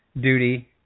duty